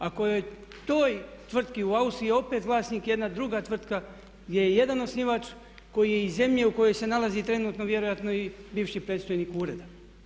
Ako je toj tvrtki u Austriji opet vlasnik jedna druga tvrtka gdje je jedan osnivač koji je iz zemlje u kojoj se nalazi trenutno vjerojatno i bivši predstojnik ureda.